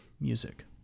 music